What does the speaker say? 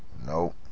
Nope